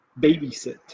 babysit